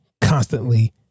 constantly